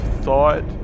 thought